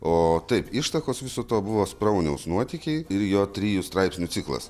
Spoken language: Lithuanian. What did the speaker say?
o taip ištakos viso to buvo sprauniaus nuotykiai ir jo trijų straipsnių ciklas